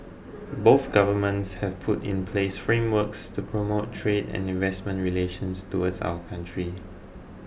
both governments have put in place frameworks to promote trade and investment relations towards our countries